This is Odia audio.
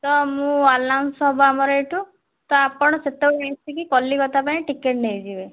ତ ମୁଁ ଆନାଉନ୍ସ ହେବ ଆମର ଏଇଠୁ ତ ଆପଣ ସେତେବେଳେ ଆସିକି କଲିକତା ପାଇଁ ଟିକେଟ୍ ନେଇଯିବେ